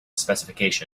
specification